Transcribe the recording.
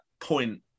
point